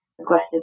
aggressive